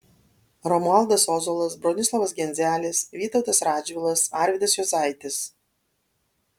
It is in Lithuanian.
romualdas ozolas bronislovas genzelis vytautas radžvilas arvydas juozaitis